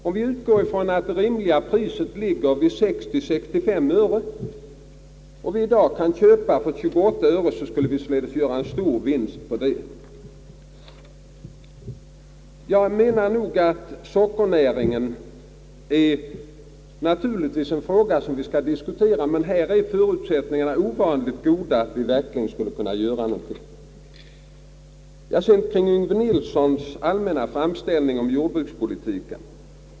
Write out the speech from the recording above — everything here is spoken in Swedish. Om vi utgår från att det rimliga priset ligger vid 60—65 öre och vi i dag kan köpa för 28 öre, betyder det att vi skulle få en rätt stor hjälpfond. Frågan om sockernäringen får naturligtvis diskuteras vidare, men jag menar att förut sättningarna är ovanligt goda för att vi här verkligen skulle kunna göra någonting positivt för u-länderna. Så kommer jag till herr Yngve Nilssons allmänna resonemang om jordbrukspolitiken.